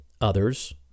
others